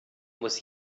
muss